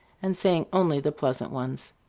and saying only the pleasant ones.